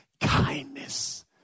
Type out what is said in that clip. kindness